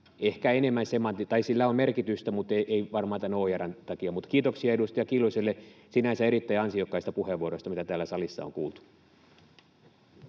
ehkä enemmän semanttinen... Tai sillä on merkitystä, mutta ei varmaan tämän OIR:n takia. Mutta kiitoksia edustaja Kiljuselle sinänsä erittäin ansiokkaista puheenvuoroista, joita täällä salissa on kuultu.